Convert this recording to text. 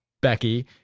Becky